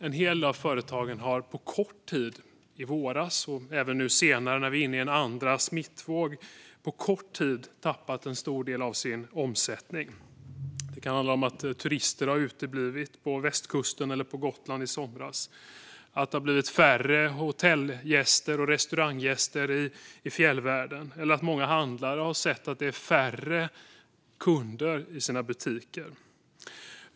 En hel del av företagen har på kort tid, i våras och även nu när vi är inne i en andra smittvåg, tappat en stor del av sin omsättning. Det kan handla om att turister uteblev på västkusten eller på Gotland i somras, att det har blivit färre hotellgäster och restauranggäster i fjällvärlden eller att många handlare har haft färre kunder i sina butiker.